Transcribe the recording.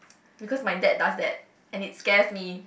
because my dad does that and it scares me